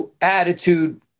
attitude